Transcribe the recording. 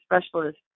specialist